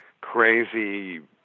crazy